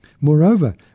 Moreover